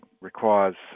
requires